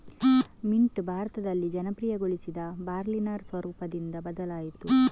mint ಭಾರತದಲ್ಲಿ ಜನಪ್ರಿಯಗೊಳಿಸಿದ Berliner ಸ್ವರೂಪದಿಂದ ಬದಲಾಯಿತು